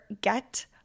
get